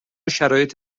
شرایط